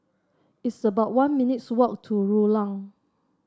it's about one minutes' walk to Rulang